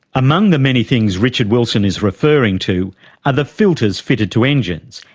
among the many things richard wilson is referring to are the filters fitted to engines,